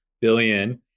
billion